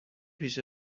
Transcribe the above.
پیش